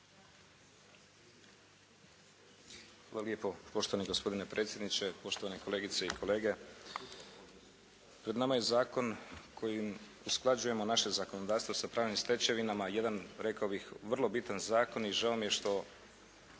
Hvala lijepo poštovani gospodine predsjedniče, poštovani kolegice i kolege. Pred nama je zakon kojim usklađujemo naše zakonodavstvo sa pravnim stečevinama, jedan rekao bih vrlo bitan zakon i žao mi je što